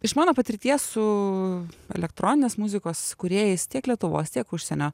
iš mano patirties su elektroninės muzikos kūrėjais tiek lietuvos tiek užsienio